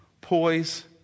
poise